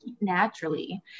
naturally